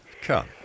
Come